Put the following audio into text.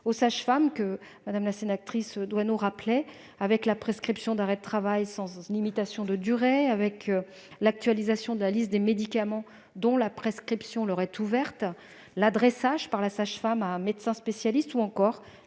aux sages-femmes, citées par Mme Doineau, qu'il s'agisse de la prescription d'arrêts de travail sans limitation de durée, de l'actualisation de la liste des médicaments dont la prescription leur est ouverte, de l'adressage par la sage-femme à un médecin spécialiste ou encore